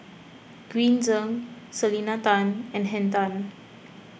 Green Zeng Selena Tan and Henn Tan